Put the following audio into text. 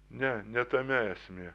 ne ne tame esmė